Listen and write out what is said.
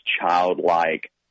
childlike